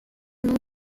nom